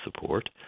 support